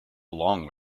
along